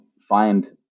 find